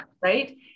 right